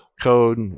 code